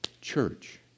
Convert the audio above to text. church